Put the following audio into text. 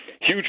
huge